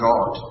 God